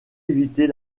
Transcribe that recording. éviter